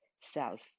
self